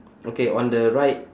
okay on the right